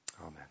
amen